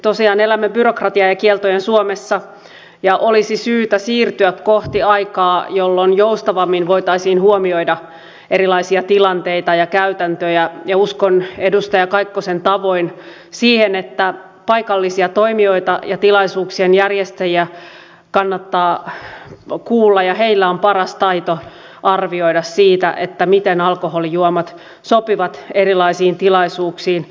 tosiaan elämme byrokratian ja kieltojen suomessa ja olisi syytä siirtyä kohti aikaa jolloin joustavammin voitaisiin huomioida erilaisia tilanteita ja käytäntöjä ja uskon edustaja kaikkosen tavoin siihen että paikallisia toimijoita ja tilaisuuksien järjestäjiä kannattaa kuulla ja heillä on paras taito arvioida sitä miten alkoholijuomat sopivat erilaisiin tilaisuuksiin